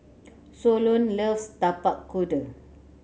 Solon loves Tapak Kuda